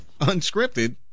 unscripted